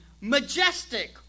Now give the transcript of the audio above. Majestic